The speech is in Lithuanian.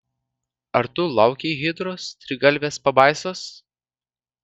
ar tu laukei hidros trigalvės pabaisos